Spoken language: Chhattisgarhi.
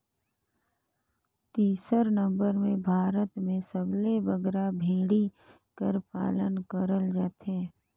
तीसर नंबर में भारत में सबले बगरा भेंड़ी कर पालन करल जाथे